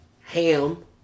Ham